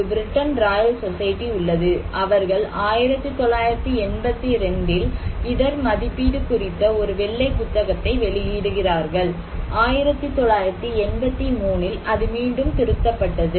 ஒரு Britain royal society உள்ளது அவர்கள் 1982 இல் இடர் மதிப்பீடு குறித்த ஒரு வெள்ளை புத்தகத்தை வெளியிடுகிறார்கள் 1983 இல் அது மீண்டும் திருத்தப்பட்டது